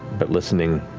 but listening,